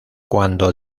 cuando